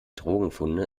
drogenfunde